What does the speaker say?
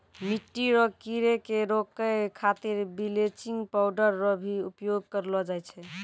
मिट्टी रो कीड़े के रोकै खातीर बिलेचिंग पाउडर रो भी उपयोग करलो जाय छै